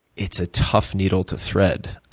it's a tough needle to thread.